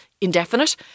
indefinite